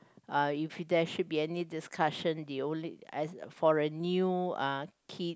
uh you there should be any discussion they only as for a new uh kid